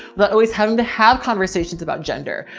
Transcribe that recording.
the always having to have conversations about gender.